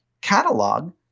catalog